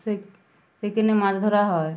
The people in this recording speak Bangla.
সে সেখানে মাছ ধরা হয়